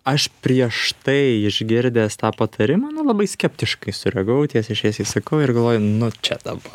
aš prieš tai išgirdęs tą patarimą nu labai skeptiškai sureagavau tiesiai šviesiai sakau ir galvoju nu čia dabar